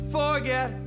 forget